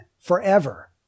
forever